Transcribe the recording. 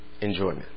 enjoyment